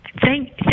Thank